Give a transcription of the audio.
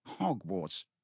Hogwarts